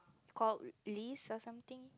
called Liz or something